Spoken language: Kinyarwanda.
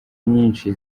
nyinshi